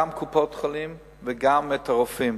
גם את קופות-החולים וגם את הרופאים.